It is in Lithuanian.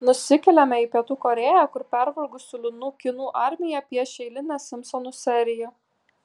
nusikeliame į pietų korėją kur pervargusių liūdnų kinų armija piešia eilinę simpsonų seriją